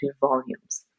volumes